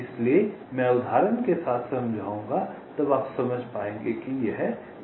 इसलिए मैं उदाहरण के साथ समझाऊंगा तब आप समझ पाएंगे कि यह क्या है